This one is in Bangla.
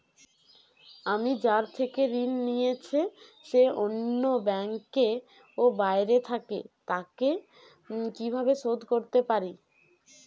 আমি যার থেকে ঋণ নিয়েছে সে অন্য ব্যাংকে ও বাইরে থাকে, তাকে কীভাবে শোধ করতে পারি?